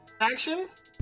actions